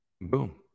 Boom